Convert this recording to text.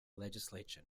legislation